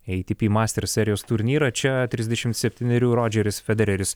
ei ty pi masters serijos turnyrą čia trisdešim septynerių rodžeris federeris